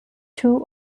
two